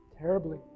terribly